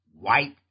White